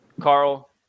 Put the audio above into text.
Carl